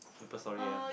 Maple-Story-M